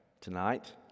tonight